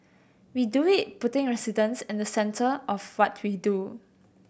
we do it putting residents in the centre of what we do